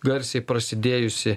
garsiai prasidėjusi